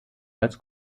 als